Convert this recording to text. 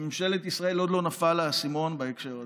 בממשלת ישראל עוד לא נפל האסימון בהקשר הזה.